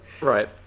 Right